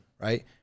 Right